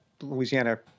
Louisiana